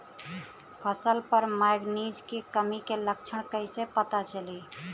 फसल पर मैगनीज के कमी के लक्षण कईसे पता चली?